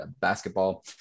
basketball